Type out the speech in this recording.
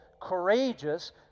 courageous